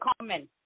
common